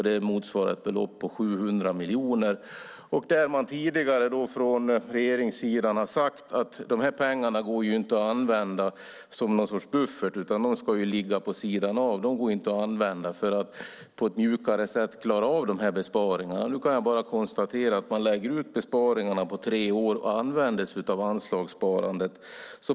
Det motsvarar ett belopp på 700 miljoner. Man har från regeringssidan tidigare sagt att dessa pengar inte går att använda som någon sorts buffert, utan de ska ligga vid sidan av. De kan inte användas för att på ett mjukare sätt klara av besparingarna. Nu kan jag dock konstatera att man lägger ut besparingarna på tre år och använder sig av anslagssparandet.